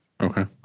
Okay